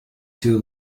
too